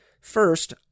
First